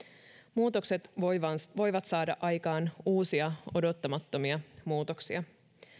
muutokset voivat voivat saada aikaan uusia odottamattomia muutoksia